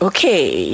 Okay